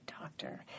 doctor